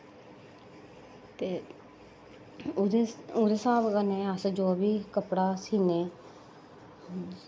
ते ओह्दे स्हाब कन्नै अस जो बी कपड़ा सीन्ने आं